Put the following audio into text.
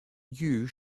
you